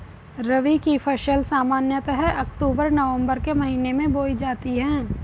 रबी की फ़सल सामान्यतः अक्तूबर नवम्बर के महीने में बोई जाती हैं